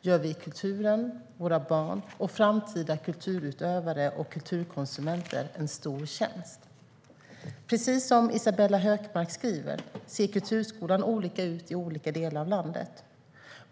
gör vi kulturen, våra barn och framtida kulturutövare och kulturkonsumenter en stor tjänst. Precis som Isabella Hökmark skriver ser kulturskolan olika ut i olika delar av landet.